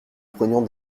prenions